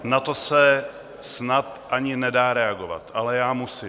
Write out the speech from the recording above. Na to se snad ani nedá reagovat, ale já musím.